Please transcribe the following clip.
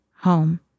home